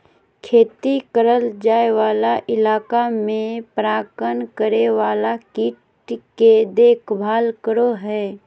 खेती करल जाय वाला इलाका में परागण करे वाला कीट के देखभाल करो हइ